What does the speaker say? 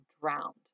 drowned